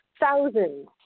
thousands